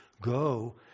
Go